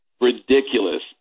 ridiculous